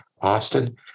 Austin